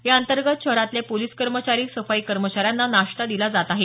या अंतर्गत शहरातील पोलिस कर्मचारी सफाई कर्मचाऱ्यांना नाश्ता दिला जात आहे